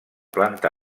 planta